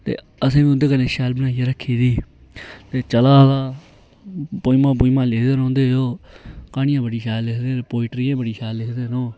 ते असेंबी उंदे कन्नै शैल बनाइयै रक्खी दी ते चला दा पोइमा लिखदे रौंहदे ओह् क्हानियां बडियां शैल लिखदे ना पोइटरियां बड़ी शैल लिखदे न ओह्